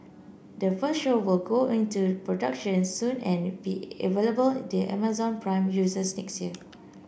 the first show will go into production soon and be available to Amazon Prime users next year